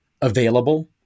available